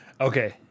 Okay